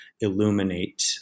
illuminate